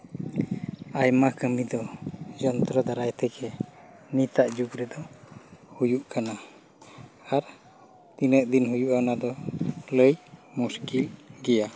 ᱟᱭᱢᱟ ᱠᱟᱹᱢᱤ ᱫᱚ ᱡᱚᱱᱛᱨᱚ ᱫᱟᱨᱟᱭ ᱛᱮᱜᱮ ᱱᱤᱛᱟᱜ ᱡᱩᱜᱽ ᱨᱮᱫᱚ ᱦᱩᱭᱩᱜ ᱠᱟᱱᱟ ᱟᱨ ᱛᱤᱱᱟᱹᱜ ᱫᱤᱱ ᱦᱩᱭᱩᱜᱼᱟ ᱚᱱᱟ ᱫᱚ ᱞᱟᱹᱭ ᱢᱩᱥᱠᱤᱞ ᱜᱮᱭᱟ